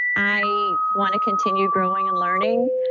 i want to continue growing and learning.